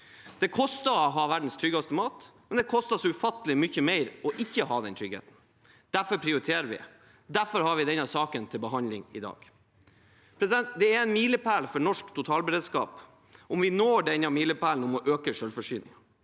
Det koster å ha verdens tryggeste mat, men det koster ufattelig mye mer ikke å ha den tryggheten. Derfor prioriterer vi. Derfor har vi denne saken til behandling i dag. Det er en milepæl for norsk totalberedskap om vi når denne målsettingen om å øke selvforsyningen.